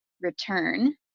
return